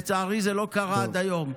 לצערי זה לא קרה עד היום.